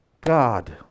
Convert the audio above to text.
god